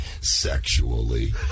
sexually